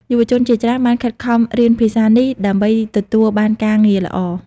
យុវជនជាច្រើនបានខិតខំរៀនភាសានេះដើម្បីទទួលបានការងារល្អ។